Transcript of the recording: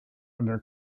under